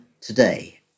today